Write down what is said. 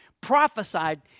prophesied